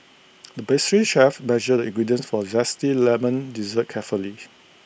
the pastry chef measured the ingredients for Zesty Lemon Dessert carefully